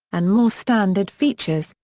and more standard features,